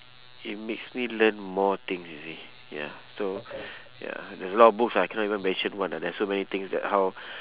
it makes me learn more things you see ya so ya there's a lot of books I cannot even mention one ah there are so many things that how